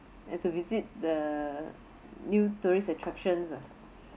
and to visit the new tourist attractions ah